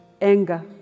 anger